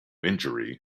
injury